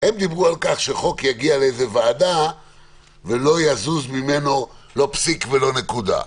לא יזוז ממנו לא פסיק ולא נקודה.